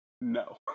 No